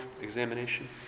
examination